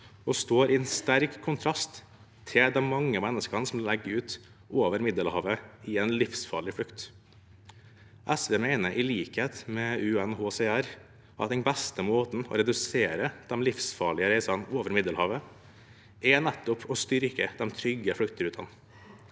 og står i sterk kontrast til de mange menneskene som legger ut over Middelhavet på en livsfarlig flukt. SV mener, i likhet med UNHCR, at den beste måten å redusere de livsfarlige reisene over Middelhavet på er nettopp å styrke de trygge fluktrutene,